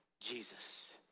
Jesus